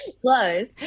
Close